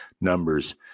numbers